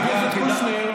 חבר הכנסת קושניר.